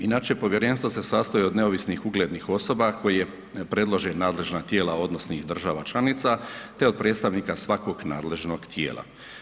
Inače, povjerenstvo se sastoji od neovisnih uglednih osoba koje predlože nadležna tijela odnosnih država članica te od predstavnika svakog nadležnog tijela.